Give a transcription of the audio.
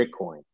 Bitcoin